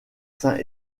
sains